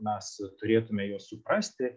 mes turėtume juos suprasti